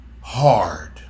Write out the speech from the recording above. hard